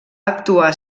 actuar